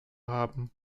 haben